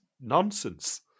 Nonsense